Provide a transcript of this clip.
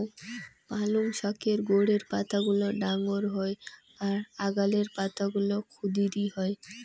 পালঙ শাকের গোড়ের পাতাগুলা ডাঙর হই আর আগালের পাতাগুলা ক্ষুদিরী হয়